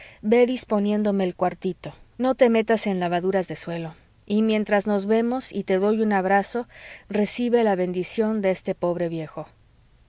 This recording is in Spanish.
ve disponiéndome el cuartito no te metas en lavaduras de suelo y mientras nos vemos y te doy un abrazo recibe la bendición de este pobre viejo